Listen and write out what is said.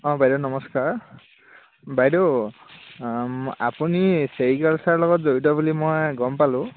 অঁ বাইদেউ নমস্কাৰ বাইদেউ আপুনি ছেৰিকালচাৰৰ লগত জড়িত বুলি মই গম পালোঁ